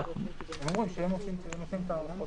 הם אומרים שהם נותנים את ההארכות